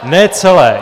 Ne celé!